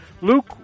Luke